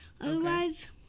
Otherwise